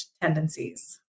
tendencies